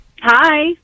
Hi